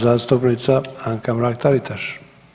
zastupnica Anka Mrak-Taritaš.